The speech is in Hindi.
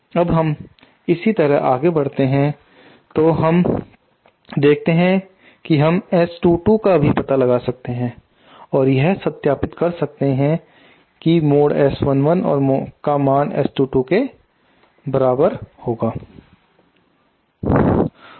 अब हम इसी तरह आगे बढ़ते हैं तो हम देखते हैं कि हम S22 का भी पता लगा सकते हैं और यह सत्यापित कर सकते हैं कि mod S11 का मान S22 के बराबर होगा